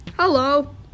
Hello